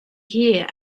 here